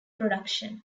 production